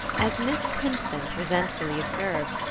as miss pinsent resentfully observed,